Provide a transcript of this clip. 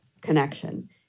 connection